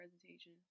presentation